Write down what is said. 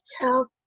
help